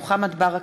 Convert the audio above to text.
מירי רגב,